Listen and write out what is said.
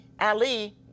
Ali